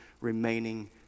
remaining